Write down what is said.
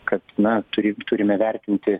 kad na turi turime vertinti